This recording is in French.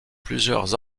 plusieurs